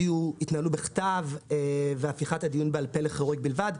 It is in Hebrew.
יתנהלו בכתב והפיכת הדיון בעל-פה לחריג בלבד.